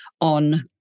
on